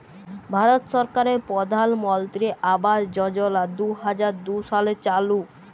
ভারত সরকারের পরধালমলত্রি আবাস যজলা দু হাজার দু সালে চালু